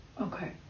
okay